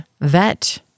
vet